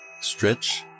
Stretch